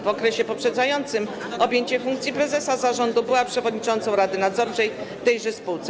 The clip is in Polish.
W okresie poprzedzającym objęcie funkcji prezesa zarządu była przewodniczącą rady nadzorczej w tejże spółce.